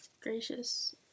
gracious